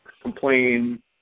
complain